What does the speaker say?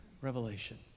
revelation